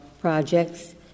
projects